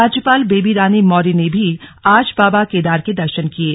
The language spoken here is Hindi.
राज्यपाल बेबी रानी मौर्य ने भी आज बाबा केदार के दर्शन किये